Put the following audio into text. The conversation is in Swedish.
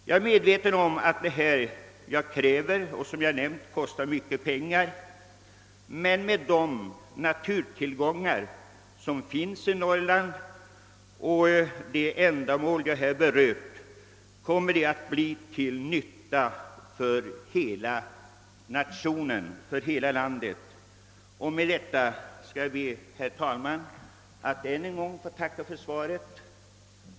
Jag är medveten om att det jag här nämnt kostar mycket pengar, men vi måste samtidigt tänka på de naturtillgångar som finns i Norrland och på att det gäller ting som blir till nytta för hela landet. Med detta ber jag att än en gång få tacka för svaret.